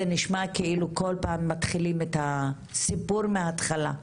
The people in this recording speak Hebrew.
זה נשמע כאילו כל פעם מתחילים את הסיפור מהתחלה.